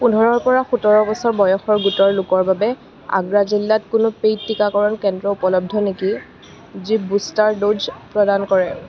পোন্ধৰৰ পৰা সোতৰ বছৰ বয়সৰ গোটৰ লোকৰ বাবে আগ্ৰা জিলাত কোনো পেইড টীকাকৰণ কেন্দ্ৰ উপলব্ধ নেকি যি বুষ্টাৰ ড'জ প্ৰদান কৰে